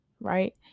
right